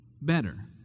better